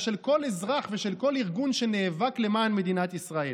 של כל אזרח ושל כל ארגון שנאבק למען מדינת ישראל.